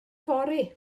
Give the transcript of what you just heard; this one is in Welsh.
fory